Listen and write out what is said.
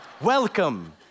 Welcome